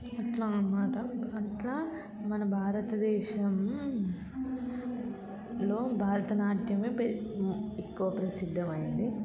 అట్లా అన్నమాట అట్లా మన భారతదేశంలో భరతనాట్యమే ఎక్కువ ప్రసిద్ధమైనది